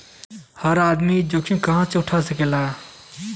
हर आदमी जोखिम ई ना उठा सकेला